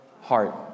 heart